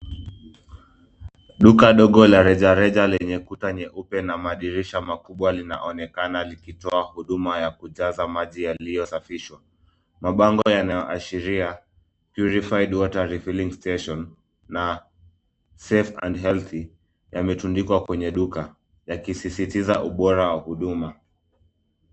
Duka ndogo la rejareja lenye kuta nyeupe na madirisha makubwa linaonekana likitoa huduma ya kujaza maji yaliyosafishwa. Mabango yanayoashiria, purified water refilling station , na safe and healthy , yametundikwa kwenye duka, yasisisitiza ubora wa huduma.